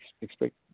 expect